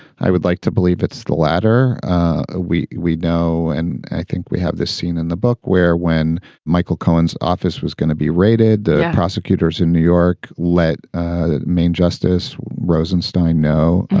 i would like to believe it's the latter. ah we we know and i think we have this scene in the book where when michael collins office was gonna be raided, the prosecutors in new york let the main justice rosenstein know.